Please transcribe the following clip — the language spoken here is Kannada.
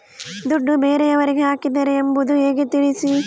ದುಡ್ಡು ಬೇರೆಯವರಿಗೆ ಹಾಕಿದ್ದಾರೆ ಎಂಬುದು ಹೇಗೆ ತಿಳಿಸಿ?